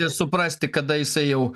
suprasti kada jisai jau